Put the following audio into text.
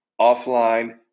offline